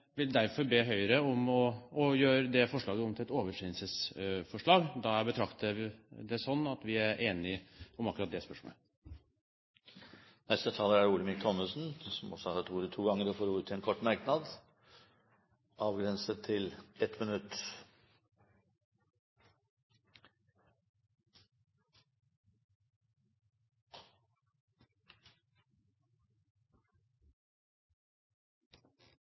betrakter det sånn at vi er enige om akkurat det spørsmålet. Representanten Olemic Thommessen har hatt ordet to ganger og får ordet til en kort merknad, avgrenset til 1 minutt. Jeg opplever at denne diskusjonen er